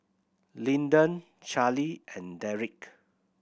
Lyndon Charlie and Derik